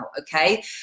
okay